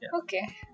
Okay